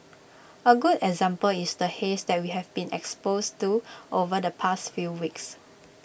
A good example is the haze that we have been exposed to over the past few weeks